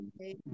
okay